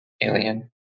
alien